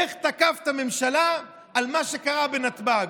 איך תקף את הממשלה על מה שקרה בנתב"ג.